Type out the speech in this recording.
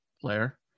player